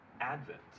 advent